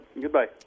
goodbye